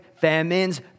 famines